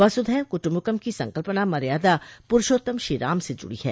वसुधैव कुटुम्बकम की संकल्पना मर्यादा पुरूषोत्तम श्रीराम से जुड़ी है